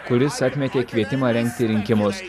kuris atmetė kvietimą rengti rinkimus